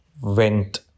went